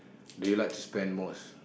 do you like to spend most